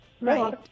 Right